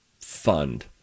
fund